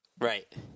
Right